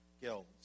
guilds